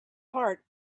heart